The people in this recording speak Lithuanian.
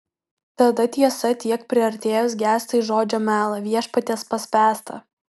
tada tiesa tiek priartėjus gęsta į žodžio melą viešpaties paspęstą